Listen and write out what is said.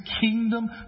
kingdom